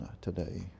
today